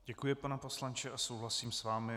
Děkuji, pane poslanče, a souhlasím s vámi.